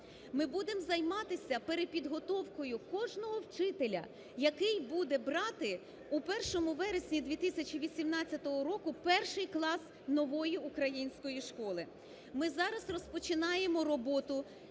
Ми будемо займатися перепідготовкою кожного вчителя, який буде брати 1 вересні 2018 року перший клас нової української школи. Ми зараз розпочинаємо роботу